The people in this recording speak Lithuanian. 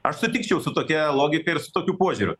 aš sutikčiau su tokia logika ir su tokiu požiūriu